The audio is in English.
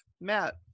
Matt